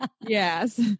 Yes